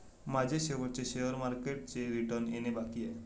माझे शेवटचे शेअर मार्केटचे रिटर्न येणे बाकी आहे